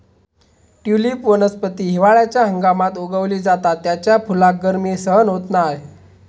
tulip वनस्पती हिवाळ्याच्या हंगामात उगवली जाता त्याच्या फुलाक गर्मी सहन होत नाय